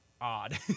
odd